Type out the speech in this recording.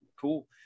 Cool